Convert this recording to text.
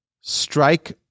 strike